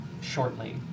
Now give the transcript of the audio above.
Shortly